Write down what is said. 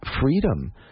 freedom